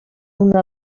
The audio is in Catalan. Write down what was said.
una